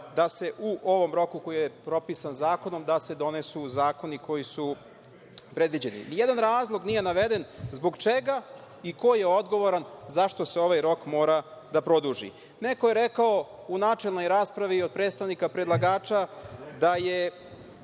da se u ovom roku koji je propisan zakonom, da se donesu zakonu koji su predviđeni. Nijedan razlog nije naveden zbog čega i ko je odgovoran zašto se ovaj rok mora produžiti. Neko je rekao u načelnoj raspravi od predstavnika predlagača da je